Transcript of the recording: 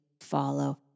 follow